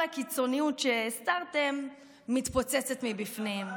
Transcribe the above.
כל הקיצוניות שהסתרתם מתפוצצת מבפנים.